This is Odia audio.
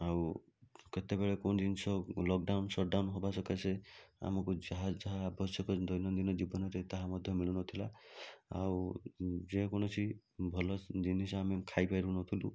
ଆଉ କେତେବେଳେ କେଉଁ ଜିନିଷ ଲକ୍ଡାଉନ୍ ଶଟ୍ଡାଉନ୍ ହବା ସକାଶେ ଆମକୁ ଯାହା ଯାହା ଆବଶ୍ୟକ ଦୈନନ୍ଦିନ ଜୀବନରେ ତାହା ମଧ୍ୟ ମିଳୁନଥିଲା ଆଉ ଯେକୌଣସି ଭଲ ଜିନିଷ ଆମେ ଖାଇ ପାରୁନଥିଲୁ